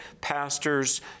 pastors